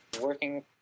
working